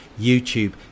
YouTube